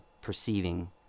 perceiving